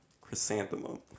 Chrysanthemum